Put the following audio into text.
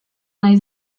nahi